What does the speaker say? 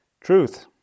truth